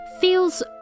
feels